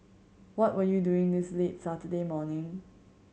what were you doing this late Saturday morning